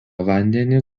vandenį